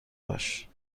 باش